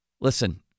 Listen